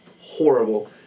horrible